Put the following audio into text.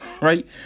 right